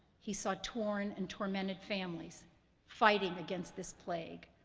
he saw torn and tormented families fighting against this plague.